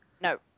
No